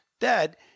dad